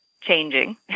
changing